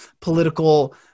political